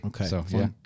Okay